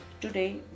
today